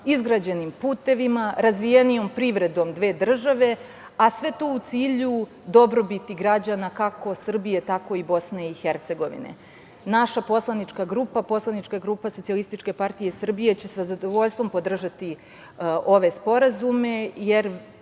izgrađenim putevima, razvijenijom privredom dve države, a sve to u cilju dobrobiti građana kako Srbije, tako i BiH.Naša poslanička grupa, poslanička grupa SPS, će sa zadovoljstvom podržati ove sporazume, jer